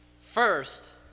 first